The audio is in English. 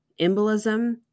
embolism